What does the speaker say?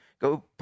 go